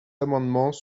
amendements